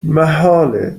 محاله